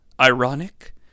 ironic